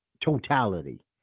totality